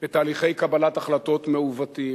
בתהליכי קבלת החלטות מעוותים,